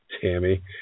tammy